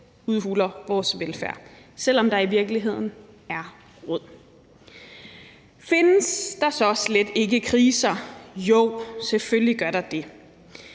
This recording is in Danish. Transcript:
udhuler vores velfærd, selv om der i virkeligheden er råd til den. Findes der så slet ikke kriser? Jo, selvfølgelig gør der det.